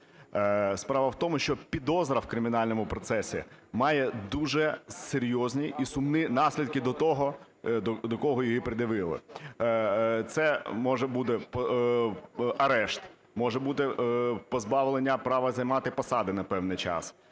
Справа в тому, що підозра в кримінальному процесі має дуже серйозні і сумні наслідки до того, до кого її пред'явили. Це може бути арешт, може бути позбавлення права займати посади на певний час,